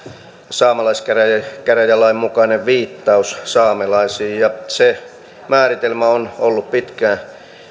saamelaiskäräjälain mukainen viittaus saamelaisiin ja se määritelmä on ollut pitkään